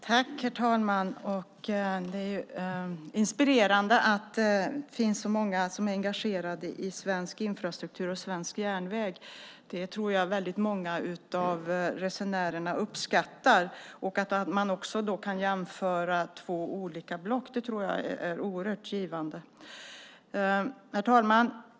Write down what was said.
Herr talman! Det är inspirerande att det finns så många som är engagerade i svensk infrastruktur och svensk järnväg. Det tror jag att många av resenärerna uppskattar. Jag tror också att det är oerhört givande att man kan jämföra två olika block. Herr talman!